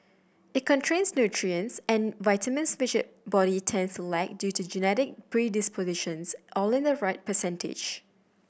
it nutrients and vitamins which you body tends to lack due to genetic predispositions all in the right percentage